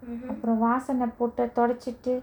அப்புறம் வாசன போட்ட தொடச்சிட்டு:appuram vasana potta thodachittu